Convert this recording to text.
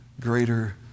Greater